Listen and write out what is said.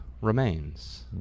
remains